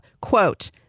Quote